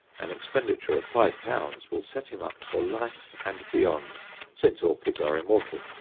an expenditure of five pounds will set him up for life and beyond since orchids are immortal.